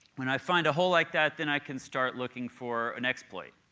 when i find a hole like that then i can start looking for an exploit.